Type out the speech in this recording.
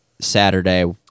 Saturday –